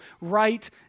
right